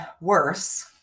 worse